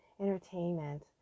entertainment